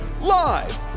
live